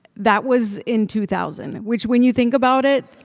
that was in two thousand, which when you think about it,